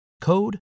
code